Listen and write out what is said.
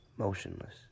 Motionless